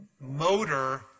motor